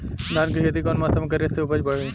धान के खेती कौन मौसम में करे से उपज बढ़ी?